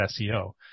SEO